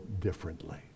differently